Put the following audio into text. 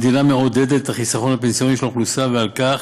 המדינה מעודדת את החיסכון הפנסיוני של האוכלוסייה ועל כך